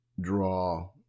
draw